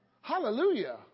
Hallelujah